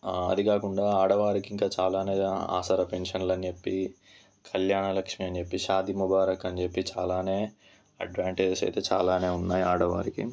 అది కాకుండా ఆడవారికి ఇంకా చాలా ఆసరా పించెన్లని చెప్పి కళ్యాణ లక్ష్మి అని చెప్పి షాది ముబారక్ అని చెప్పి చాలా అడ్వాంటేజస్ అయితే చాలా ఉన్నాయి ఆడవారికి